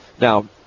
Now